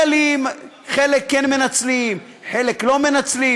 חיילים, חלק כן מנצלים, חלק לא מנצלים.